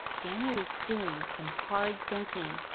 danny was doing some hard thinking.